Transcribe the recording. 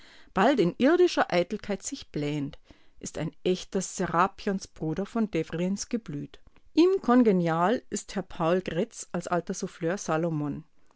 bald in irdischer eitelkeit sich blähend ist ein echter serapionsbruder von devrients geblüt ihm kongenial ist herr paul grätz als alter souffleur salomon